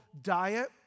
diet